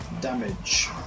damage